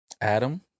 Adam